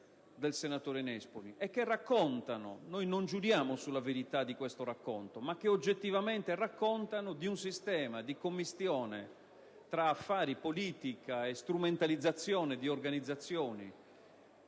del senatore Nespoli e che raccontano - noi non giuriamo sulla verità di questo racconto - di un sistema di commistione tra affari, politica e strumentalizzazione di organizzazioni